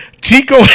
Chico